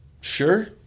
Sure